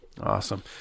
Awesome